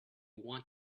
want